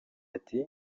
ati